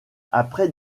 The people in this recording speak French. après